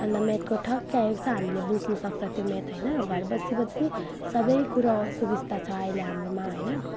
अन्त म्याथको ठक्कै आउँछ हामीले बुझ्नसक्छ त्यो म्याथ होइन घर बसी बसी सबै कुरोको सुविस्ता छ अहिले हाम्रोमा होइन